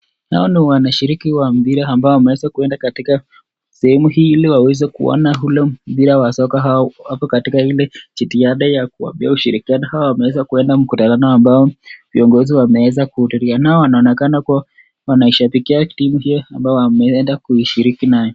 Hawa ni wanashiriki wa mpira ambao wameweza kuenda katika sehemu hii iliwaweze kuona ule mpira wa soka au wako katika ile jitihada ya kuwapea ushirikiano, hawa wameweza kuenda mkutano ambao viongozo wameweza kuhudhuria nao wanonekana kua wanashabikia timu hiyo ambayo wameenda kuishiriki nayo.